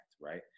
right